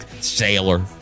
Sailor